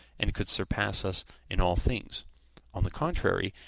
and could surpass us in all things on the contrary,